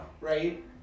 right